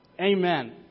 Amen